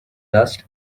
dust